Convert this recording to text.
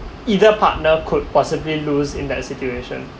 either partner could possibly lose in that situation